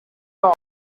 top